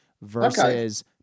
versus